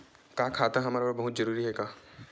का खाता हमर बर बहुत जरूरी हे का?